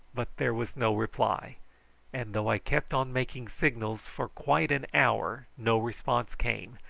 but there was no reply and though i kept on making signals for quite an hour no response came,